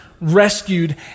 rescued